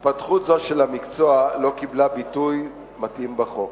התפתחות זו של המקצוע לא קיבלה ביטוי מתאים בחוק.